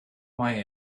mae